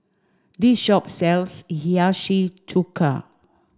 this shop sells Hiyashi Chuka